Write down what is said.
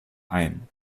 ein